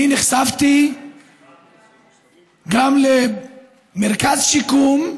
אני נחשפתי גם למרכז שיקום,